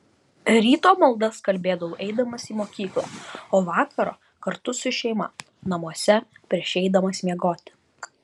ryto maldas kalbėdavau eidamas į mokyklą o vakaro kartu su šeima namuose prieš eidamas miegoti